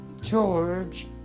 George